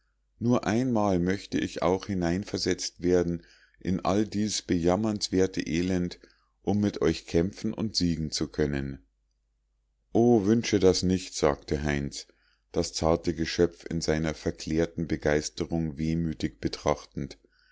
nur einmal möchte ich auch hineinversetzt werden in all dies bejammernswerte elend um mit euch kämpfen und siegen zu können o wünsche das nicht sagte heinz das zarte geschöpf in seiner verklärten begeisterung wehmütig betrachtend